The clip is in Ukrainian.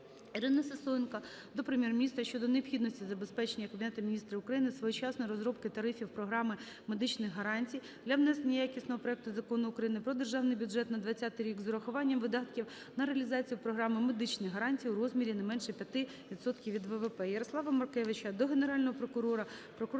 Ірини Сисоєнко до Прем'єр-міністра України щодо необхідності забезпечення Кабінетом Міністрів України своєчасної розробки тарифів програми медичних гарантій для внесення якісного проекту Закону України "Про Державний бюджет України на 2020 рік" з урахуванням видатків на реалізацію програми медичних гарантій у розмірі не менше 5 відсотків